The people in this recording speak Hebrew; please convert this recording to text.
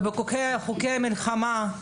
ובחוקי המלחמה,